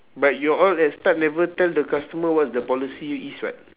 but you all at start never tell the customer what's the policy is [what]